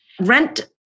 Rent